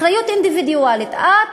אחריות אינדיבידואלית: את,